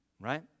right